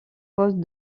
poste